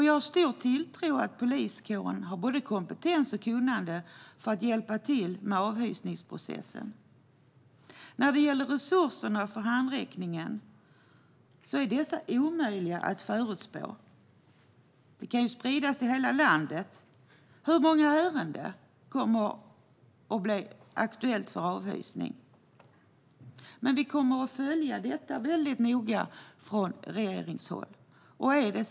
Jag har stor tilltro till att poliskåren har både kompetens och kunnande för att hjälpa till med avhysningsprocessen. När det gäller resurserna för handräckningen är det omöjligt att förutspå hur stora de behöver vara och hur många ärenden som kommer att bli aktuella för avhysning. Det kan också spridas över hela landet. Vi kommer, från regeringshåll, att följa detta noga.